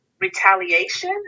retaliation